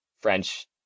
French